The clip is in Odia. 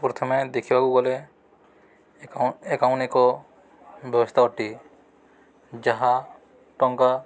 ପ୍ରଥମେ ଦେଖିବାକୁ ଗଲେ ଆକାଉଣ୍ଟ ଏକ ବ୍ୟବସ୍ଥା ଅଟେ ଯାହା ଟଙ୍କା